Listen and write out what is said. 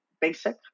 basic